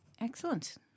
Excellent